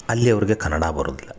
ಅಲ್ಲಿ ಅವ್ರ್ಗೆ ಕನ್ನಡ ಬರುದಿಲ್ಲ